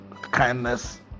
kindness